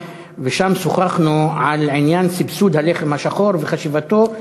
ושם שוחחנו על עניין סבסוד הלחם השחור וחשיבותו.